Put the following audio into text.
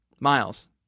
Miles